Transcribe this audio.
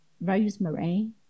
rosemary